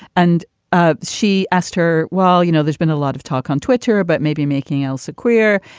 and ah she asked her, well, you know, there's been a lot of talk on twitter, but maybe making elsa queer.